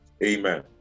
Amen